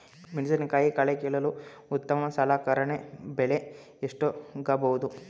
ಮೆಣಸಿನಕಾಯಿ ಕಳೆ ಕೀಳಲು ಉತ್ತಮ ಸಲಕರಣೆ ಬೆಲೆ ಎಷ್ಟಾಗಬಹುದು?